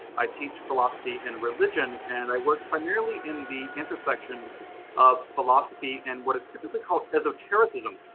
i teach philosophy and religion, and i work primarily in the intersection of philosophy and what is typically called esotericism,